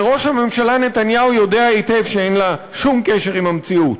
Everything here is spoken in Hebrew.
וראש הממשלה נתניהו יודע היטב שאין לה שום קשר עם המציאות.